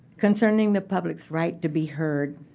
concerning the public's right to be heard,